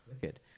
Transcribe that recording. Good